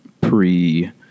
pre